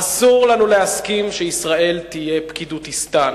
אסור לנו להסכים שישראל תהיה פקידותיסטן.